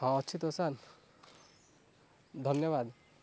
ହଁ ଅଛି ତ ସାର୍ ଧନ୍ୟବାଦ